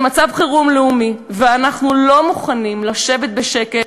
זה מצב חירום לאומי, ואנחנו לא מוכנים לשבת בשקט